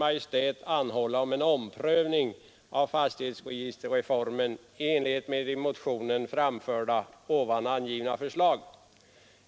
Maj:t anhålla om en omprövning av fastighetsregisterreformen i enlighet med i motionen framförda, här angivna förslag.